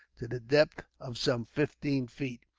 to the depth of some fifteen feet,